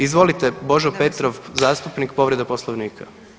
Izvolite Božo Petrov, zastupnik, povreda Poslovnika.